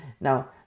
Now